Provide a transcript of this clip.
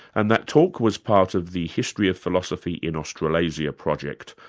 and that talk was part of the history of philosophy in australasia project,